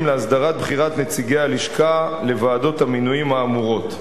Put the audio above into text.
להסדרת בחירת נציגי הלשכה לוועדות המינויים האמורות.